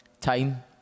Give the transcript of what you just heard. time